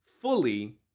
fully